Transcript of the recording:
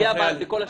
הוא נוגע בכל השאר.